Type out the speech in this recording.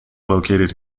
located